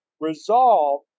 resolve